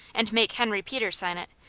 and make henry peters sign it,